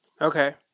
okay